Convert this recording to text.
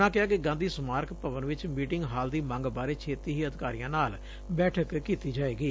ਉਨ੍ਹਾਂ ਕਿਹਾ ਕਿ ਗਾਂਧੀ ਸਮਾਰਕ ਭਵਨ ਵਿਚ ਮੀਟਿੰਗ ਹਾਲ ਦੀ ਮੰਗ ਬਾਰੇ ਛੇਤੀ ਹੀ ਅਧਿਕਾਰੀਆਂ ਨਾਲ ਬੈਠਕ ਕੀਤੀ ਜਾਏਗੀ